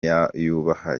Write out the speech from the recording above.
yubaha